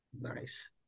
Nice